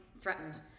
threatened